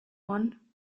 one